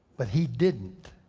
but he didn't,